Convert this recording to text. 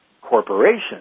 Corporation